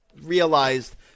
Realized